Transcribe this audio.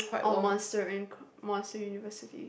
or Monster Inc Monster University